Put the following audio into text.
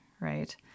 right